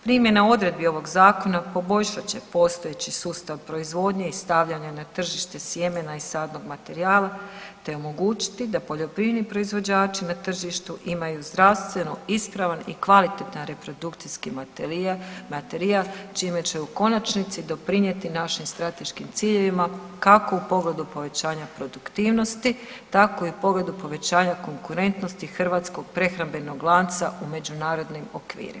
Primjena odredbi ovog zakona poboljšat će postojeći sustav proizvodnje i stavljanja na tržište sjemena i sadnog materijala te omogućiti da poljoprivredni proizvođači na tržištu imaju zdravstveno ispravan i kvalitetan reprodukcijski materijal čime će u konačnici doprinijeti našim strateškim ciljevima kako u pogledu povećanja produktivnosti, tako i u pogledu povećanja konkurentnosti hrvatskog prehrambenog lanca u međunarodnim okvirima.